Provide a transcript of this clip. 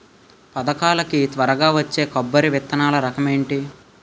పథకాల కి త్వరగా వచ్చే కొబ్బరి విత్తనాలు రకం ఏంటి?